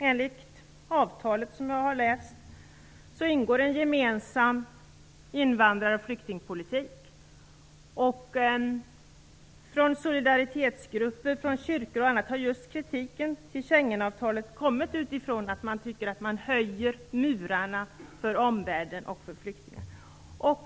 Enligt avtalet, som jag har läst, ingår en gemensam invandrar och flyktingpolitik, och från solidaritetsgrupper från t.ex. kyrkor har just kritiken av Schengenavtalet kommit utifrån att man tycker att murarna för omvärlden och för flyktingar höjs.